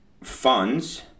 funds